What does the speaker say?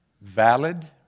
valid